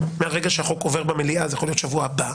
מהרגע שהחוק עובר במליאה וזה יכול להיות בשבוע הבא,